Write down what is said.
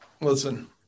Listen